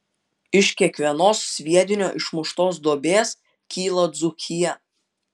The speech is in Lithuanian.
iš kiekvienos sviedinio išmuštos duobės kyla dzūkija